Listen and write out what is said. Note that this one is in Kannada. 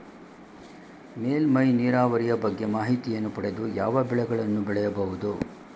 ಮೇಲ್ಮೈ ನೀರಾವರಿಯ ಬಗ್ಗೆ ಮಾಹಿತಿಯನ್ನು ಪಡೆದು ಯಾವ ಬೆಳೆಗಳನ್ನು ಬೆಳೆಯಬಹುದು?